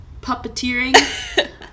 puppeteering